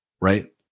Right